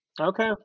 Okay